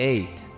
Eight